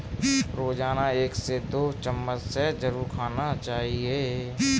रोजाना एक से दो चम्मच शहद जरुर खाना चाहिए